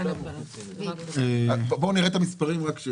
בואו נראה את המספרים.